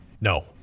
No